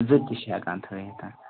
زٕ تہِ چھِ ہٮ۪کان تھٲوِتھ